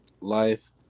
Life